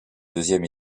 deuxième